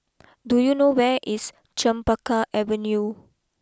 do you know where is Chempaka Avenue